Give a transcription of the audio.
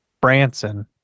Branson